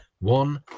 One